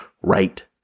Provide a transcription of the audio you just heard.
right